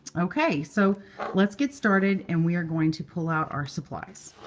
ok. so let's get started, and we are going to pull out our supplies.